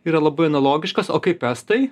yra labai analogiškos o kaip estai